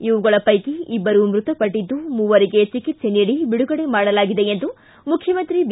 ಇವುಗಳ ವೈಕಿ ಇಬ್ಬರು ಮೃತಪಟ್ಟಿದ್ದು ಮೂವರಿಗೆ ಚಿಕಿತ್ಸೆ ನೀಡಿ ಬಿಡುಗಡೆ ಮಾಡಲಾಗಿದೆ ಎಂದು ಮುಖ್ಯಮಂತ್ರಿ ಬಿ